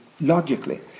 logically